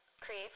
Create